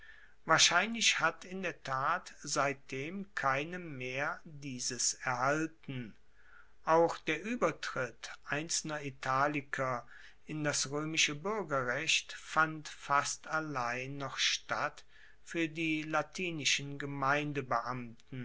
wahrscheinlich hat in der tat seitdem keine mehr dieses erhalten auch der uebertritt einzelner italiker in das roemische buergerrecht fand fast allein noch statt fuer die latinischen